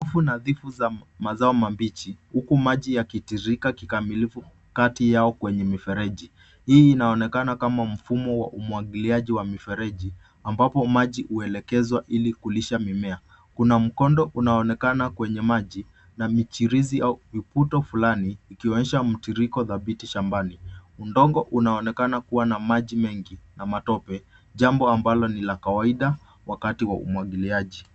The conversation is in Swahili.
Huku nadhifu za mazao mabichi huku maji yakitirika kikamilifu kati yao kwenye mifereji hii inaonekana kama mfumo wa umwagiliaji wa mifereji ambapo maji huelekezwa ili kulisha mimea ,kuna mkondo unaonekana kwenye maji na michirizi au kuto fulani ikionyesha mtiririko thabiti shambani, udongo unaonekana kuwa na maji mengi na matope jambo ambalo ni la kawaida wakati wa.